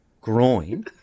groin